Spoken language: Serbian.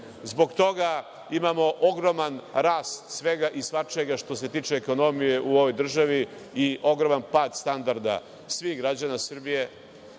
zbog toga imamo ogroman rast svega i svačega što se tiče ekonomije u ovoj državi i ogroman pad standarda svih građana Srbije,